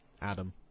Adam